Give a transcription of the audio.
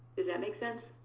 does that make sense?